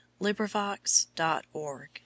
LibriVox.org